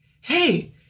hey